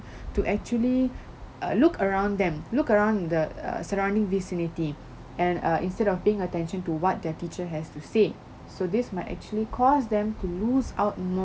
to actually err look around them look around the err surrounding vicinity and uh instead of paying attention to what their teacher has to say so this might actually cause them to lose out more